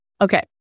Okay